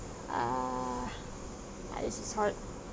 err uh this is hard